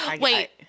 Wait